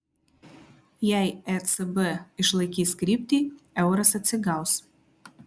jei ecb išlaikys kryptį euras atsigaus